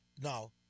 Now